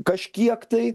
kažkiek tai